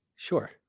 Sure